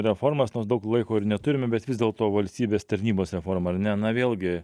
reformas nors daug laiko ir neturime bet vis dėlto valstybės tarnybose forma ar ne na vėlgi